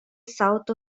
south